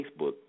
Facebook